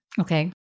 Okay